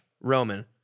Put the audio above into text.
Roman